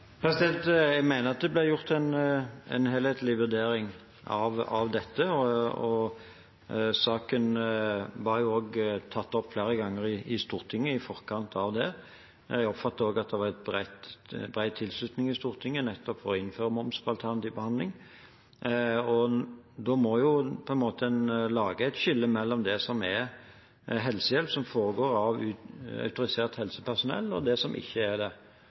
Jeg mener at det ble gjort en helhetlig vurdering av dette, og saken ble også tatt opp flere ganger i Stortinget i forkant av det. Jeg oppfatter også at det var bred tilslutning i Stortinget nettopp for å innføre moms på alternativ behandling. Da må en på en måte lage et skille mellom det som er helsehjelp som foregår av autorisert helsepersonell, og det som ikke er det.